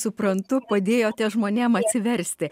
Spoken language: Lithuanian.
suprantu padėjote žmonėm atsiversti